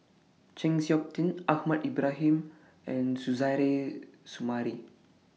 Chng Seok Tin Ahmad Ibrahim and Suzairhe Sumari